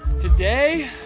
Today